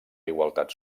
igualtat